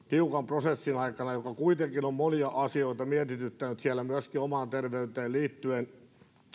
tiukan prosessin aikana kun työntekijöitä kuitenkin on moni asia mietityttänyt myöskin omaan terveyteen liittyen